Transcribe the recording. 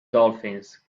dolphins